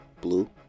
blue